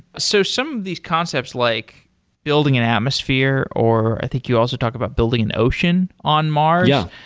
so some of these concepts, like building an atmosphere, or i think you also talk about building an ocean on mars. yeah.